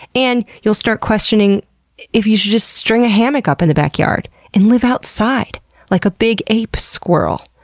and you'll start questioning if you should just string a hammock up in the backyard and live outside like a big ape-squirrel.